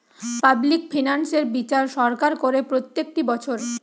public finance এর বিচার সরকার করে প্রত্যেকটি বছর